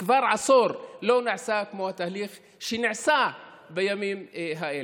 כבר עשור לא נעשה כמו התהליך שנעשה בימים האלה.